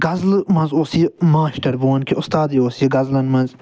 غزلہٕ مَنٛز اوس یہِ ماسٹر بہٕ وَنہٕ کہ اُستادٕے اوس یہِ غزلَن مَنٛز